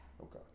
Okay